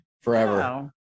forever